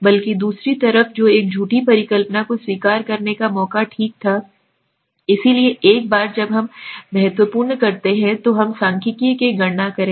बल्कि दूसरी तरफ जो है एक झूठी परिकल्पना को स्वीकार करने का मौका ठीक था इसलिए एक बार जब हम महत्वपूर्ण करते हैं तो हम सांख्यिकी की गणना करें